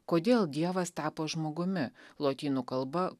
kodėl dievas tapo žmogumi lotynų kalba